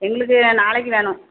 எங்களுக்கு நாளைக்கு வேணும்